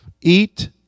Eat